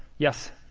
yes?